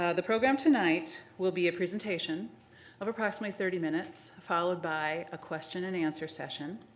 ah the program tonight will be a presentation of approximately thirty minutes followed by a question and answer session.